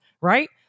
right